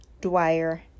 Dwyer